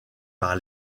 par